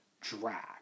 drag